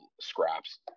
scraps